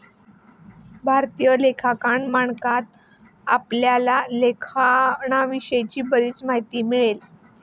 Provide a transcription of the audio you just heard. भारतीय लेखांकन मानकात आपल्याला लेखांकनाविषयी बरीच माहिती मिळेल